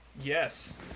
Yes